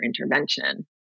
intervention